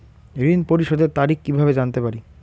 ঋণ পরিশোধের তারিখ কিভাবে জানতে পারি?